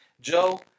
joe